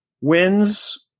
wins